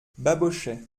babochet